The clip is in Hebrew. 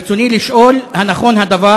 ברצוני לשאול: 1. הנכון הדבר?